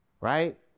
right